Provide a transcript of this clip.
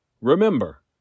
Remember